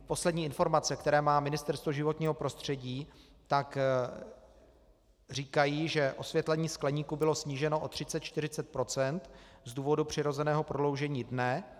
Poslední informace, které má Ministerstvo životního prostředí, říkají, že osvětlení skleníků bylo sníženo o třicet, čtyřicet procent z důvodu přirozeného prodloužení dne.